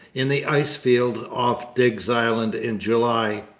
in the icefields off digges island in july.